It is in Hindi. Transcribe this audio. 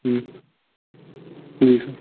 जी सर